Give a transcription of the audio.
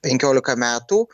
penkiolika metų